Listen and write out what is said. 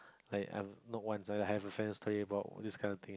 like I'm not once ah I have a friend studying about this kind of thing